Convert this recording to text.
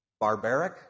Barbaric